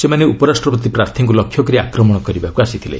ସେମାନେ ଉପରାଷ୍ଟ୍ରପତି ପ୍ରାର୍ଥୀଙ୍କ ଲକ୍ଷ୍ୟ କରି ଆକ୍ରମଣ କରିବାକୃ ଆସିଥିଲେ